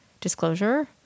disclosure